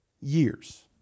years